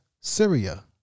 Syria